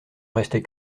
restait